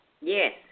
Yes